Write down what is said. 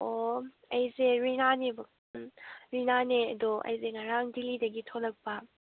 ꯑꯣ ꯑꯩꯁꯦ ꯔꯤꯅꯥꯅꯦꯕ ꯔꯤꯅꯥꯅꯦ ꯑꯗꯣ ꯑꯩꯁꯦ ꯉꯔꯥꯡ ꯗꯦꯜꯍꯤꯗꯒꯤ ꯊꯣꯛꯂꯛꯄ